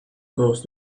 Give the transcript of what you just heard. crossed